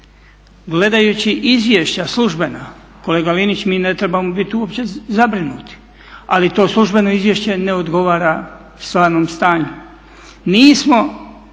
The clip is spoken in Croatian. gledajući izvješća službena. Kolega Linić, mi ne trebamo biti uopće zabrinuti ali to službeno izvješće ne odgovara stvarnom stanju. Nismo